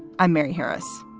i'm mary harris.